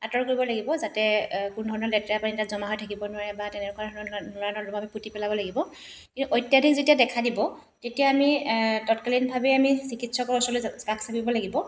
আঁতৰ কৰিব লাগিব যাতে কোনো ধৰণৰ লেতেৰা পানী জমা হৈ থাকিব নোৱাৰে বা তেনেকুৱা ধৰণৰ নলা নৰ্দমা আমি পুতি পেলাব লাগিব এই অত্যাধিক যেতিয়া দেখা দিব তেতিয়া আমি তৎকালীনভাৱে আমি চিকিৎসকৰ ওচৰলে কাষ চাপিব লাগিব